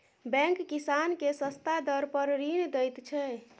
bank किसान केँ सस्ता दर पर ऋण दैत छै